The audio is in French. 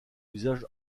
usage